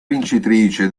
vincitrice